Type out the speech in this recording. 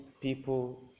people